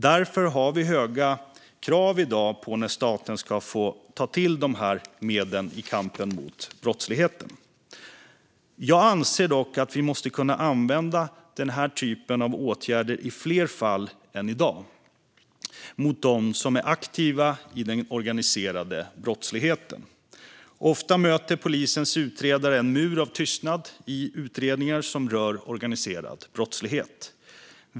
Därför har vi i dag höga krav på när staten ska få ta till dessa medel i kampen mot brottsligheten. Jag anser dock att vi måste kunna använda denna typ av åtgärder i fler fall än i dag mot dem som är aktiva i den organiserade brottsligheten. Ofta möter polisens utredare en mur av tystnad i utredningar som rör organiserad brottslighet.